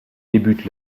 débutent